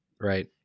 right